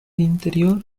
interior